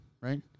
right